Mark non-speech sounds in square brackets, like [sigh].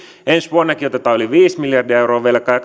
ensi vuonnakin otetaan yli viisi miljardia euroa velkaa [unintelligible]